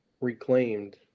reclaimed